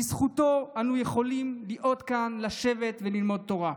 בזכותו אנו יכולים להיות כאן, לשבת וללמוד תורה,